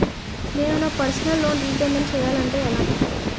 నేను నా personal loan repayment చేయాలంటే ఎలా?